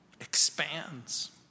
expands